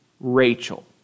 Rachel